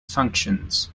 functions